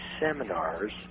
seminars